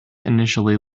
initially